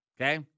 okay